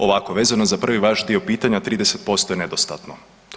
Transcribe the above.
Ovako, vezano za prvi vaš dio pitanja, 30% je nedostatno.